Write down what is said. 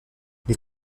les